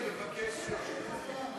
אדוני, אני מבקש להתנגד.